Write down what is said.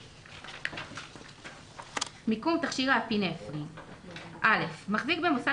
נמשיך בהקראה: "מיקום תכשיר האפינפרין 3. (א)מחזיק במוסד